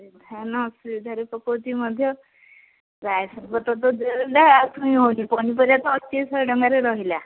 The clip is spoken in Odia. ସେ ଧାନ ଅସୁବିଧାରେ ପକଉଛି ମଧ୍ୟ ପ୍ରାୟ ତ ଆଉ ହଉଛି ପନିପରିବା ତ ଅଶିରୁ ଶହେ ଟଙ୍କାରେ ରହିଲା